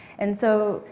and so,